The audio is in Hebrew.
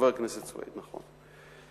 חבר הכנסת סוייד, נכון.